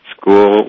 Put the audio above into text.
school